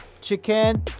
chicken